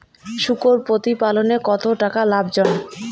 শূকর প্রতিপালনের কতটা লাভজনক?